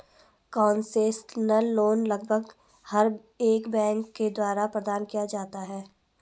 concessional loan लगभग हर एक बैंक के द्वारा प्रदान किया जाता है